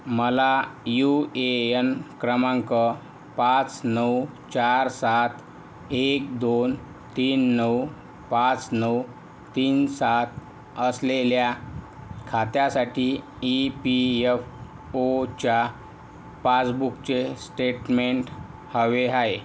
मला U A N क्रमांक पाच नऊ चार सात एक दोन तीन नऊ पाच नऊ तीन सात असलेल्या खात्यासाठी ई पी एफ ओच्या पासबुकचे स्टेटमेंट हवे आहे